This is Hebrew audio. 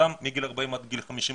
מגיל 40 עד 55,